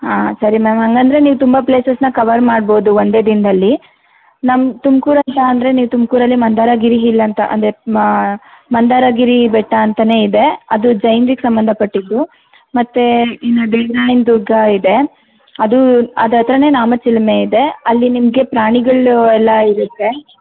ಹಾಂ ಸರಿ ಮ್ಯಾಮ್ ಹಾಗಂದ್ರೆ ನೀವು ತುಂಬ ಪ್ಲೇಸಸ್ನಾ ಕವರ್ ಮಾಡ್ಬೋದು ಒಂದೇ ದಿನದಲ್ಲಿ ನಮ್ಮ ತುಮಕೂತ್ರ ಅಂದರೆ ತುಮಕೂರಲ್ಲಿ ಮಂದಾರ ಗಿರಿ ಹಿಲ್ ಅಂತ ಅಂದರೆ ಮ ಮಂದಾರ ಗಿರಿ ಬೆಟ್ಟ ಅಂತನೇ ಇದೆ ಅದು ಜೈನ್ರಿಗೆ ಸಂಬಂಧಪಟ್ಟಿದ್ದು ಮತ್ತು ಇನ್ನು ದೇವ್ರಾಯನ ದುರ್ಗ ಇದೆ ಅದು ಅದ್ರ ಹತ್ರನೇ ನಾಮದ ಚಿಲುಮೆ ಇದೆ ಅಲ್ಲಿ ನಿಮಗೆ ಪ್ರಾಣಿಗಳು ಎಲ್ಲ ಇರುತ್ತೆ